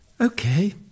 okay